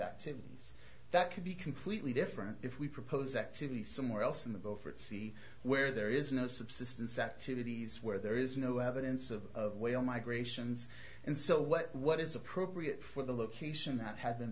activities that could be completely different if we propose activity somewhere else in the beaufort sea where there is no subsistence activities where there is no evidence of whale migrations and so what what is appropriate for the location that had been